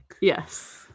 Yes